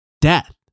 death